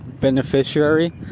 beneficiary